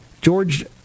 George